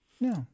No